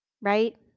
right